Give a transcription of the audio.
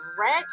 red